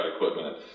equipment